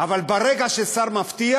אבל ברגע ששר מבטיח,